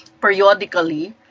periodically